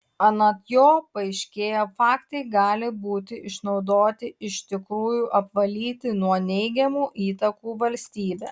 anot jo paaiškėję faktai gali būti išnaudoti iš tikrųjų apvalyti nuo neigiamų įtakų valstybę